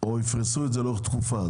או יפרסו את זה לאורך תקופה.